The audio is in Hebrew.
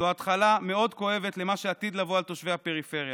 זו התחלה מאוד כואבת למה שעתיד לבוא על תושבי הפריפריה,